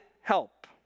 help